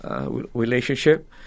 relationship